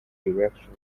direction